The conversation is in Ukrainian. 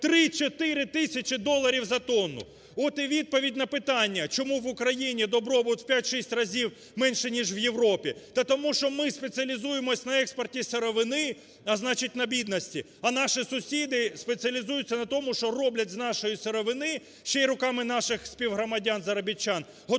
3-4 тисячі доларів за тонну. От і відповідь на питання, чому в Україні добробут в 5-6 разів менше, ніж в Європі. Та тому що ми спеціалізуємося на експорті сировини, а значить на бідності. А наші сусіди спеціалізуються на тому, що роблять з нашої сировини, ще й руками наших співгромадян заробітчан, готову